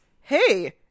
hey